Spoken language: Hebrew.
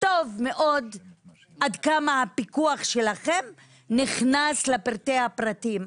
טוב מאוד עד כמה הפיקוח שלכם נכנס לפרטי הפרטים.